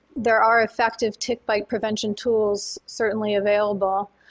there are effective tick bite prevention tools certainly available,